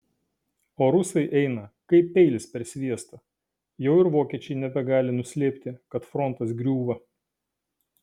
o rusai eina kaip peilis per sviestą jau ir vokiečiai nebegali nuslėpti kad frontas griūva